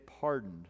pardoned